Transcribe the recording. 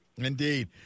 Indeed